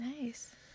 Nice